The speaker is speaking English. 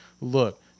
look